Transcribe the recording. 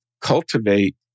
cultivate